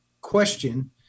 question